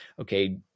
okay